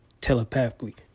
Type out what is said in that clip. Telepathically